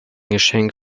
geschenk